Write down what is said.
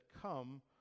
come